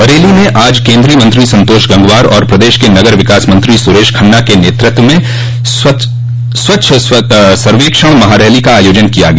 बरेली में आज केन्द्रीय मंत्री संतोष गंगवार और प्रदेश के नगर विकास मंत्री सुरेश खन्ना के नेतृत्व में स्वच्छ सर्वेक्षण महारैली का आयोजन किया गया